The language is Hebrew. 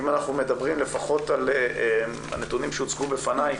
אם אנחנו מדברים על לפחות הנתונים שהוצגו בפני,